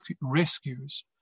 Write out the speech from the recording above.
rescues